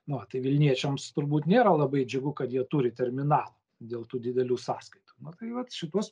nu va tai vilniečiams turbūt nėra labai džiugu kad jie turi terminalą dėl tų didelių sąskaitų na tai vat šituos